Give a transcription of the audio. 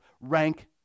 rank